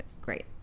great